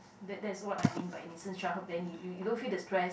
that that's what I mean by innocence childhood then you you don't feel the stress